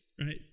Right